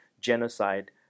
genocide